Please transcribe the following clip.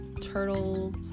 turtle